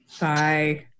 Bye